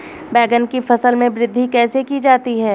बैंगन की फसल में वृद्धि कैसे की जाती है?